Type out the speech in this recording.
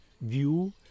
view